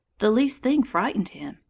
the least thing frightened him,